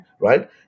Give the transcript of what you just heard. Right